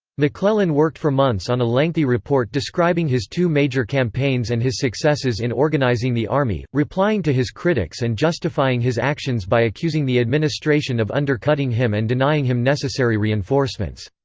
mcclellan worked for months on a lengthy report describing his two major campaigns and his successes in organizing the army, replying to his critics and justifying his actions by accusing the administration of undercutting him and denying him necessary reinforcements.